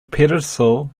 pedestal